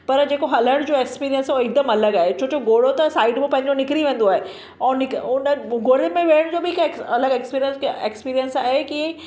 पर जेको हलणु जो एसपिरिअंस हो हिकदमि अलॻि आहे छो की घोड़ो त साइड में पंहिंजो निकिरी वेंदो आहे ऐं निक उन घोड़े में वेहणु जो बि हिकु अलॻि एक्सपिरिअंस की एक्सपिरिअंस आहे की